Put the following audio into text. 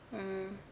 mm